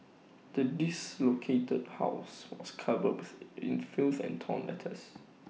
the diss located house was covered in filth and torn letters